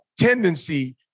tendency